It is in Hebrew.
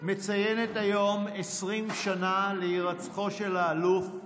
מציינת היום 20 שנה להירצחו של האלוף,